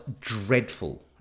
dreadful